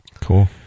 Cool